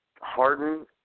Harden